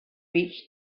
reached